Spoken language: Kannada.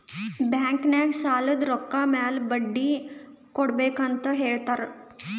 ಬ್ಯಾಂಕ್ ನಾಗ್ ಸಾಲದ್ ರೊಕ್ಕ ಮ್ಯಾಲ ಬಡ್ಡಿ ಕೊಡ್ಬೇಕ್ ಅಂತ್ ಹೇಳ್ತಾರ್